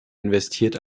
investiert